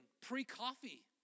pre-coffee